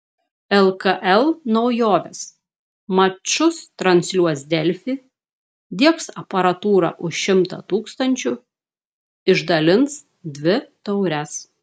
lkl naujovės mačus transliuos delfi diegs aparatūrą už šimtą tūkstančių išdalins dvi taures